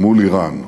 מול איראן.